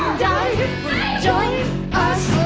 die join us